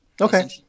Okay